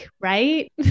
right